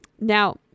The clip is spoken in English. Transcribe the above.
Now